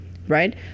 Right